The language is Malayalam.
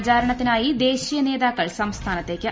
പ്രചാരണത്തിനായി ദേശീയ നേതാക്കൾ സംസ്ഥാനത്തേക്ക്